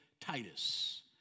Titus